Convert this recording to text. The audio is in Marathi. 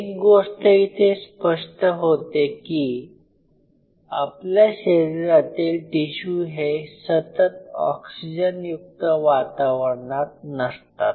एक गोष्ट इथे स्पष्ट होते की आपल्या शरीरातील टिशू हे सतत ऑक्सीजनयुक्त वातावरणात नसतात